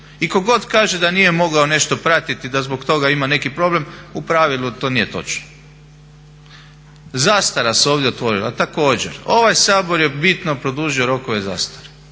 I tko god kaže da nije mogao nešto pratiti da zbog toga ima neki problem, u pravilu to nije točno. Zastara se ovdje otvorila, također, ovaj Sabor je bitno produžio rokove zastare